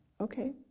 Okay